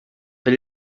elle